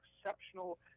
exceptional